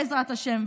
בעזרת השם,